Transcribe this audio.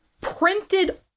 printed